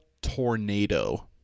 tornado